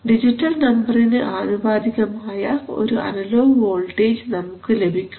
digital നമ്പറിന് ആനുപാതികമായ ഒരു അനലോഗ് വോൾട്ടേജ് നമുക്ക് ലഭിക്കും